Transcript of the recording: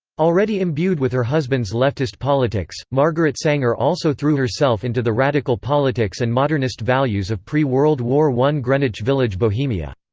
already imbued with her husband's leftist politics, margaret sanger also threw herself into the radical politics and modernist values of pre-world war i greenwich village bohemia.